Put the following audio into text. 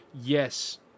yes